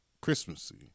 Christmassy